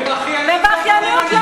בבכיינות,